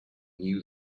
knew